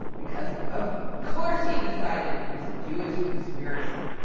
because, of course, he decided it was a jewish conspiracy.